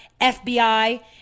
FBI